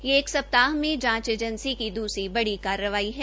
यह एक सप्ताह में जांच एजेंसी की दूसरी बड़ी कार्रवाई है